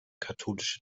katholische